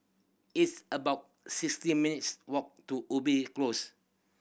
it's about sixty minutes' walk to Ubi Close